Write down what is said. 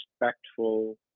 respectful